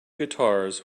guitars